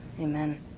amen